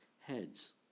heads